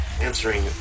answering